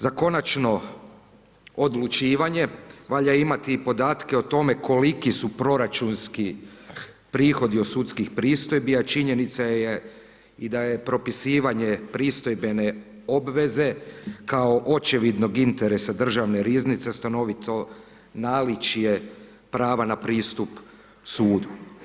Za konačno odlučivanje, valja imati i podatke koliki su proračunski prihodi od sudskih pristojbi a činjenica je i da propisivanje pristojbene obveze kao očevidnog interesa državne riznice, stanovito naličje prava na pristup sudu.